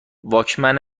واکمن